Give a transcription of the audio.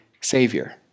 Savior